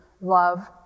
love